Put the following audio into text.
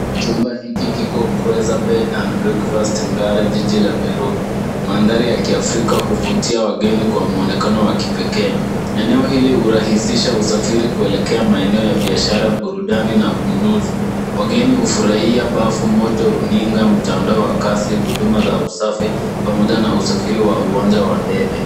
Chumba hiki kiko Kweza bed and breakfast Ngara jiji la Nairobi. Mandhari ya kiafrika huvutia wageni kwa mwonekano wa kipekee. Eneo hili hurahisisha usafiri kuelekea maeneo ya biashara, burudani na ununuzi. Wageni hufurahia bafu moto, runinga, mtandao wa kasi, huduma za usafi pamoja na usafiri wa uwanja wa ndege.